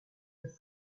its